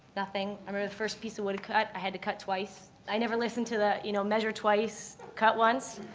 nothing. i remember the first piece of wood i cut, i had to cut twice. i never listened to the, you know, measure twice, cut once.